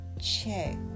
check